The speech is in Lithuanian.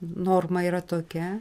norma yra tokia